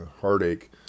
heartache